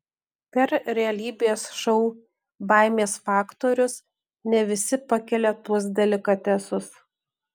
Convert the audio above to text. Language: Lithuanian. per realybės šou baimės faktorius ne visi pakelia tuos delikatesus